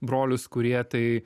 brolius kurie tai